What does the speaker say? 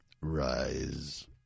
Rise